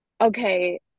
okay